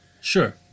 Sure